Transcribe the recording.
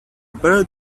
bird